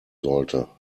sollte